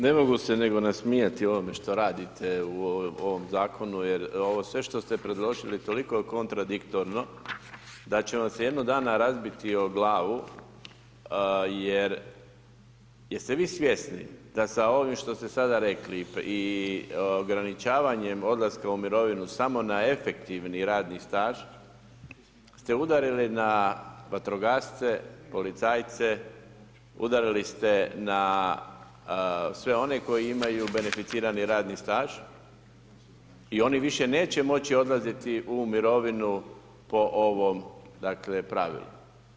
Ne mogu se nego nasmijati ovome što radite u ovom zakonu jer ovo sve što ste predložili je toliko kontradiktorno, da će vam se jednog dana razbiti o glavu, jer jeste vi svjesni da sa ovim što ste sada rekli i ograničavanjem odlaskom u mirovinu, samo na efektivni radni staž, ste udarili na vatrogasce, policajce, udarili ste na sve one koji imaju beneficirali radni staž i oni više neće moći odlaziti u mirovinu po ovome pravilu.